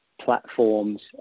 platforms